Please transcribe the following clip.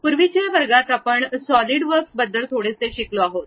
पूर्वीच्या वर्गात आपण सॉलिड वर्क्स बद्दल थोडेसे शिकलो आहोत